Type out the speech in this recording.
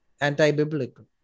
anti-biblical